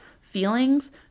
Feelings